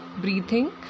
breathing